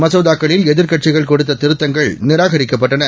மசோதாக்களில் எதிர்க்கட்சிகள்கொடுத்ததிருத்தங்கள்நிராகரிக்கப்பட்டன